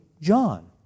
John